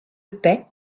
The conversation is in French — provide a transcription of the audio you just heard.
paix